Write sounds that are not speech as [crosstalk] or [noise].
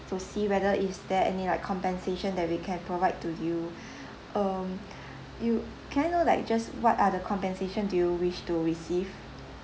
to see whether is there any like compensation that we can provide to you [breath] um you can I know like just what are the compensation do you wish to receive